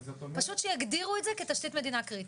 פשוט שיגדירו את זה כתשתית מדינה קריטית.